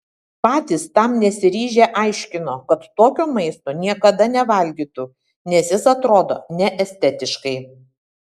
patys tam nesiryžę aiškino kad tokio maisto niekada nevalgytų nes jis atrodo neestetiškai